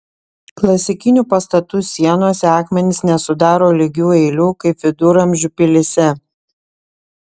klasikinių pastatų sienose akmenys nesudaro lygių eilių kaip viduramžių pilyse